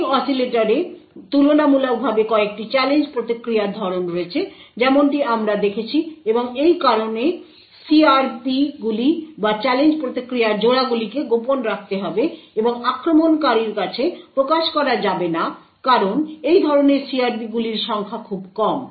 ring অসিলেটরে তুলনামূলকভাবে কয়েকটি চ্যালেঞ্জ প্রতিক্রিয়ার ধরণ রয়েছে যেমনটি আমরা দেখেছি এবং এই কারণে CRPগুলি বা চ্যালেঞ্জ প্রতিক্রিয়ার জোড়াগুলিকে গোপন রাখতে হবে এবং আক্রমণকারীর কাছে প্রকাশ করা যাবে না কারণ এই ধরনের CRPগুলির সংখ্যা খুব কম